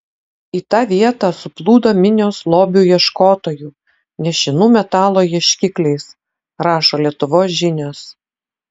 į tą vietą suplūdo minios lobių ieškotojų nešinų metalo ieškikliais rašo lietuvos žinios